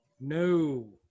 No